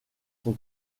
son